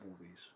movies